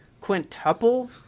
quintuple